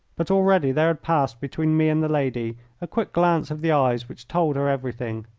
but already there had passed between me and the lady a quick glance of the eyes which told her everything.